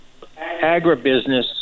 agribusiness